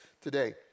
today